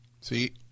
See